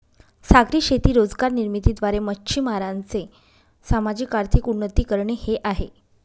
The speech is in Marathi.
सागरी शेती रोजगार निर्मिती द्वारे, मच्छीमारांचे सामाजिक, आर्थिक उन्नती करणे हे आहे